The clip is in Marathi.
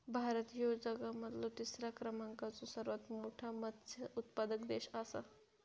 भारत ह्यो जगा मधलो तिसरा क्रमांकाचो सर्वात मोठा मत्स्य उत्पादक देश आसा